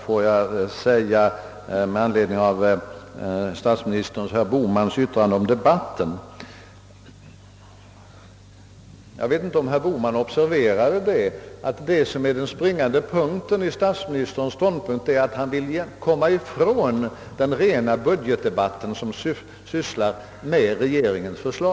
Får jag sedan med anledning av statsministerns och herr Bohmans yttranden om debatten säga, att den springande punkten i statsministerns uppläggning — jag vet inte om herr Bohman obser verade det — är att herr Erlander vill komma ifrån den rena budgetdebatten som sysslar med regeringens förslag.